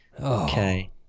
Okay